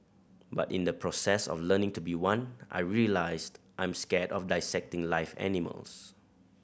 but in the process of learning to be one I realised I'm scared of dissecting live animals